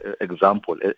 example